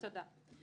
תודה.